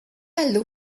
heldu